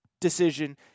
decision